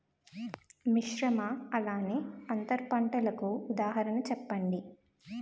మిశ్రమ అలానే అంతర పంటలకు ఉదాహరణ చెప్పండి?